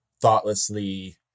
thoughtlessly